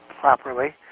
properly